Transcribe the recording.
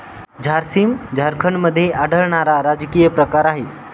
झारसीम झारखंडमध्ये आढळणारा राजकीय प्रकार आहे